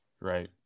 Right